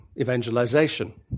evangelization